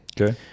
Okay